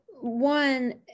one